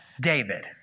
David